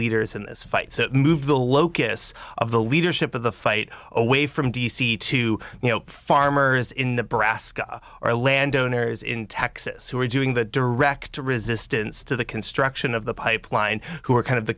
leaders in this fight move the locus of the leadership of the fight away from d c to you know farmers in nebraska or landowners in texas who are doing the direct to resistance to the construction of the pipeline who are kind of the